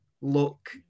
look